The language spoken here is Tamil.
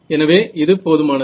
எனவே இது போதுமானது